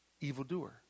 evildoer